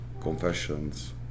confessions